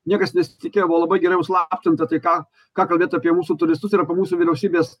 niekas nesitikėjo buvo labai gerai užslaptinta tai ką ką kalbėt apie mūsų turistus ir apie mūsų vyriausybės